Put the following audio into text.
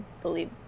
believe